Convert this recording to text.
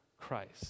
Christ